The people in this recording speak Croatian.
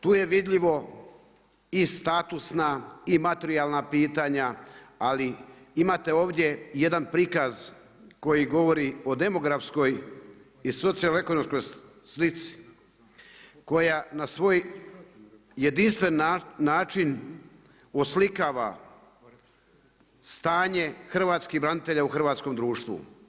Tu je vidljivo i statusna i materijalna pitanja ali imate ovdje i jedan prikaz koji govori o demografskoj i socijalno ekonomskoj slici koja na svoj jedinstveni način oslikava stanje hrvatskih branitelja u hrvatskom društvu.